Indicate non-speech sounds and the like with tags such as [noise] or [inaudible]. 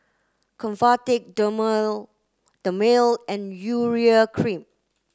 Convatec [unintelligible] Dermale and Urea cream